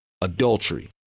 adultery